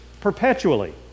perpetually